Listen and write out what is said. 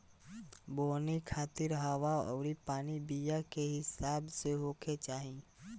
बोवनी खातिर हवा अउरी पानी बीया के हिसाब से होखे के चाही